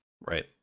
right